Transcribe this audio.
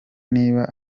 niba